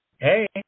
Hey